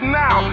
now